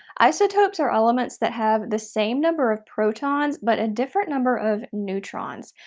isotopes are elements that have the same number of protons but a different number of neutrons.